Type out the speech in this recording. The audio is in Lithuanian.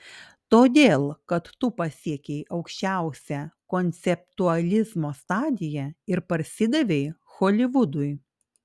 todėl kad tu pasiekei aukščiausią konceptualizmo stadiją ir parsidavei holivudui